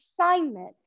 assignment